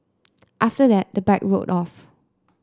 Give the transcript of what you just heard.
after that the bike rode off